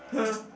!huh!